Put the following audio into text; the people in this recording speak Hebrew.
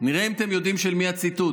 נראה אם אתם יודעים של מי הציטוט.